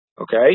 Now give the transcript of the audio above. okay